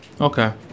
Okay